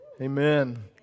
Amen